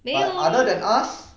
but other than us